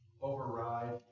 override